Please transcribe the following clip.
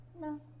No